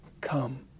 Come